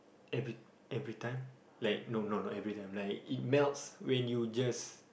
every everytime like no no not everytime like it melts when you just